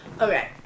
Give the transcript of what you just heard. Okay